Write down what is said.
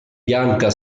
bianca